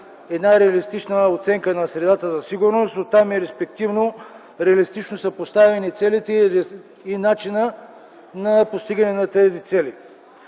една реалистична оценка на средата за сигурност, а оттам и респективно реалистично са поставени целите и начинът на постигането им.